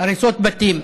הריסות בתים.